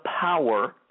power